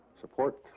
support